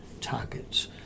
targets